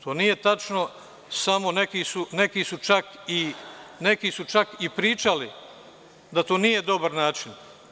To nije tačno, samo neki su čak i pričali da to nije dobar način.